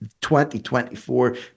2024